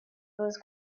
was